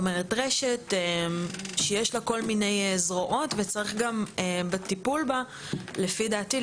רשת שיש לה כל מיני זרועות וצריך בטיפול בה לפי דעתי,